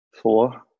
four